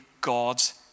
God's